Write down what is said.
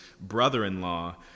brother-in-law